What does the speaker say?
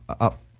up